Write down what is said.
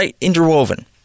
interwoven